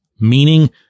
meaning